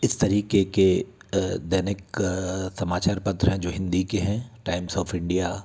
इस तरीके के दैनिक समाचार पत्र हैं जो हिन्दी के हैं टाइम्स ऑफ इंडिया